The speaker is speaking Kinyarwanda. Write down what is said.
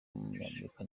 w’umunyamerika